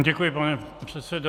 Děkuji, pane předsedo.